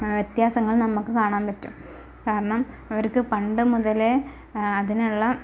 വ്യത്യാസങ്ങൾ നമുക്ക് കാണാൻ പറ്റും കാരണം അവർക്ക് പണ്ട് മുതലേ അതിനുള്ള